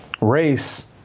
race